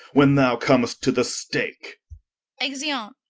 when thou comst to the stake exeunt.